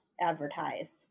advertised